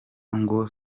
ngo